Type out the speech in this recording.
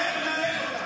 אחת.